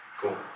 Cool